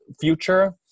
future